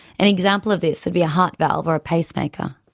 an example of this would be a heart valve or a pacemaker.